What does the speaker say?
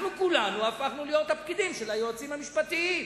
כולנו הפכנו להיות הפקידים של היועצים המשפטיים.